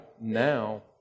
now